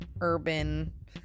urban